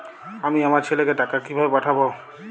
আমি আমার ছেলেকে টাকা কিভাবে পাঠাব?